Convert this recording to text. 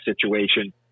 situation